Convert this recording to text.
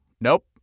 Nope